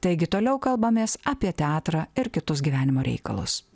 taigi toliau kalbamės apie teatrą ir kitus gyvenimo reikalus